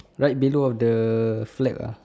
right below of the flag uh